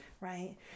Right